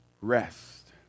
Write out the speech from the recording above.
rest